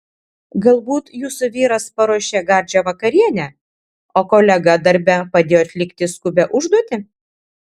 galbūt jūsų vyras paruošė gardžią vakarienę o kolega darbe padėjo atlikti skubią užduotį